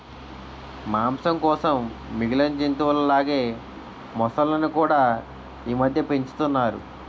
మాంసం కోసం మిగిలిన జంతువుల లాగే మొసళ్ళును కూడా ఈమధ్య పెంచుతున్నారు